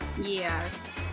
Yes